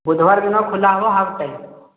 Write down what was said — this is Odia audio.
ବୁଧୁବାର ଦିନ ଖୋଲା ହେବ ହାଫ ଟାଇମ